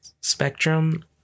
spectrum